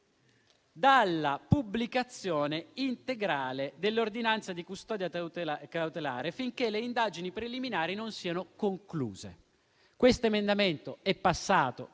dalla pubblicazione integrale dell'ordinanza di custodia cautelare finché le indagini preliminari non siano concluse. Questo emendamento è passato